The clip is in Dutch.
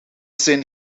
zin